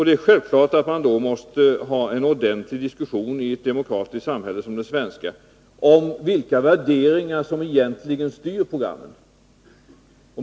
Det är klart att man i ett demokratiskt samhälle som det svenska måste ha en ordentlig diskussion om vilka värderingar som egentligen styr programmen.